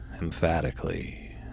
emphatically